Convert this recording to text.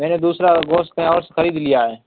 میں نے دوسرا گوشت کہیں اور سے خرید لیا ہے